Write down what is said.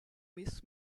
miss